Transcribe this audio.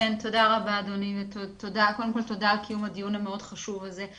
תודה על קיום הדיון המאוד חשוב הזה.